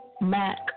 Mac